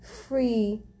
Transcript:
free